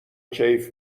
کیف